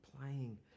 playing